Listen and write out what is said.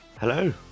Hello